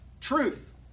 Truth